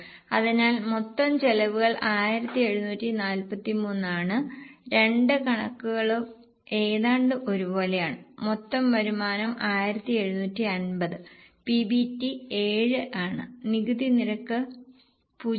അതിനാൽ മൊത്തം ചെലവുകൾ 1743 ആണ് രണ്ട് കണക്കുകളും ഏതാണ്ട് ഒരുപോലെയാണ് മൊത്തം വരുമാനം 1750 PBT 7 ആണ് നികുതി നിരക്ക് 0